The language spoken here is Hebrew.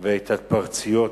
ואת ההתפרצויות,